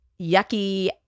yucky